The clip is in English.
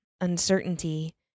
uncertainty